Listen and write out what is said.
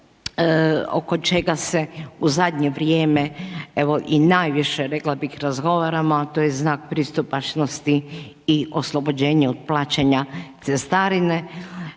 oko čega se u zadnje vrijeme evo i najviše rekla bih razgovaramo a to je znak pristupačnosti i oslobođenje od plaćanja cestarine.